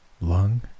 lung